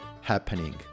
happening